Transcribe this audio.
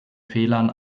fehlern